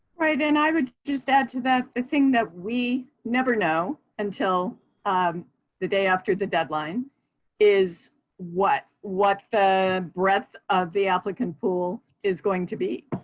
right. and i would just add to that the thing that we never know until um the day after the deadline is what what the breadth of the applicant pool is going to be.